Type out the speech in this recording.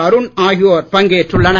அருண் ஆகியோர் பங்கேற்றுள்ளனர்